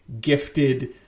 gifted